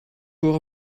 voor